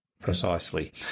precisely